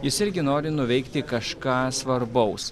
jis irgi nori nuveikti kažką svarbaus